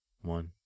One